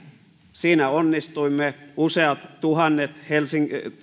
siinä onnistuimme useat tuhannet